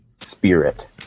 Spirit